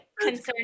concern